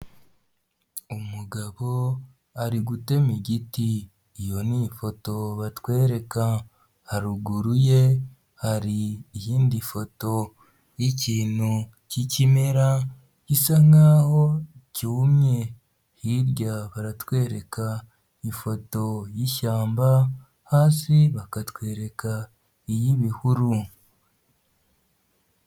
Umugabo ari gutema igiti iyo ni ifoto batwereka, haruguru ye hari iy'indi foto y'ikintu cy'ikimera gisa nk'aho cyumye, hirya baratwereka ifoto y'ishyamba hasi bakatwereka iy'ibihuru.